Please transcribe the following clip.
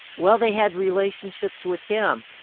well, they had relationships with him.